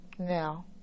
Now